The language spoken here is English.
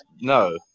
No